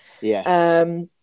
Yes